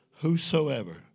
Whosoever